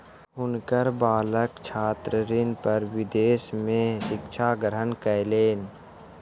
हुनकर बालक छात्र ऋण पर विदेश में शिक्षा ग्रहण कयलैन